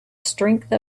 strength